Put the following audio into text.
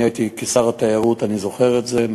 אני הייתי שר התיירות, אני זוכר את זה.